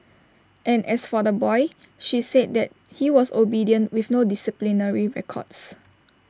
and as for the boy she said that he was obedient with no disciplinary records